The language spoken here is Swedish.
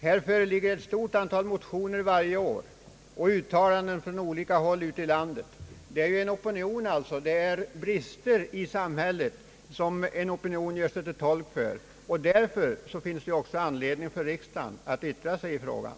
Här föreligger varje år ett stort antal motioner och uttalanden från olika håll ute i landet. En opinion gör sig till tolk för brister i samhället, och därför finns det också anledning för riksdagen att yttra sig i frågan.